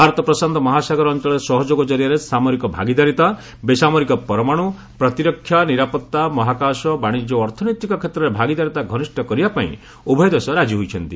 ଭାରତ ପ୍ରଶାନ୍ତ ମହାସାଗର ଅଞ୍ଚଳରେ ସହଯୋଗ ଜରିଆରେ ସାମରିକ ଭାଗିଦାରିତା ବେସାମରିକ ପରମାଣୁ ପ୍ରତିରକ୍ଷା ନିରାପତ୍ତା ମହାକାଶ ବାଣିଜ୍ୟ ଓ ଅର୍ଥନୈତିକ କ୍ଷେତ୍ରରେ ଭାଗିଦାରିତା ଘନିଷ୍ଠ କରିବା ପାଇଁ ଉଭୟ ଦେଶ ରାଜି ହୋଇଛନ୍ତି